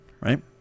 right